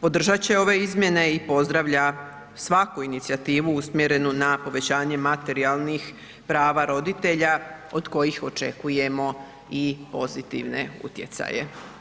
podržat će ove izmjene i pozdravlja svaku inicijativu usmjerenu na povećanje materijalnih prava roditelja od kojih očekujemo i pozitivne utjecaje.